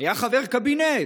היה חבר קבינט.